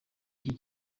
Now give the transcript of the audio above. iki